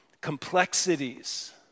complexities